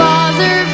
Father